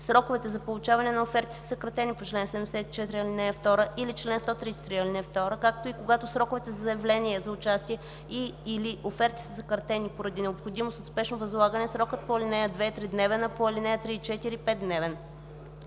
сроковете за получаване на оферти са съкратени по чл. 74, ал. 2 или чл. 133, ал. 2, както и когато сроковете за заявления за участие и/или оферти са съкратени поради необходимост от спешно възлагане, срокът по ал. 2 е тридневен, а по ал. 3 и 4 – 5-дневен.